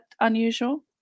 unusual